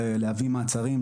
להביא מעצרים,